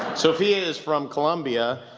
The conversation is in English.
sophia is from colombia.